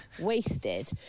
wasted